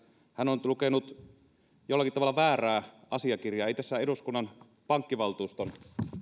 hän on lukenut jollakin tavalla väärää asiakirjaa ei tässä eduskunnan pankkivaltuuston